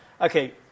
Okay